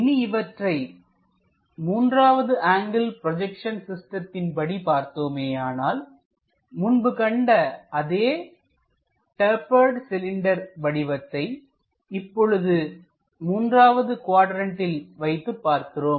இனி இவற்றை 3வது ஆங்கிள் ப்ஜெக்சன் சிஸ்டத்தின் படி பார்த்தோமேயானால்முன்பு கண்ட அதே டேப்பர்டு சிலிண்டர் வடிவத்தை இப்பொழுது 3வது குவாட்ரண்ட்டில் வைத்து பார்க்கிறோம்